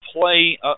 play